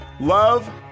Love